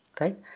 Right